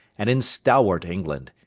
and in stalwart england,